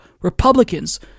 Republicans